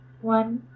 one